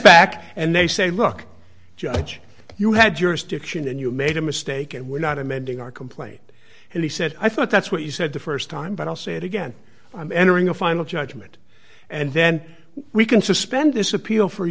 back and they say look judge you had jurisdiction and you made a mistake and we're not amending our complaint and he said i thought that's what you said the st time but i'll say it again i'm entering a final judgment and then we can suspend this appeal for